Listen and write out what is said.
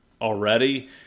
already